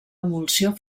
emulsió